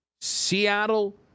Seattle